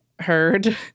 Heard